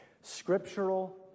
Scriptural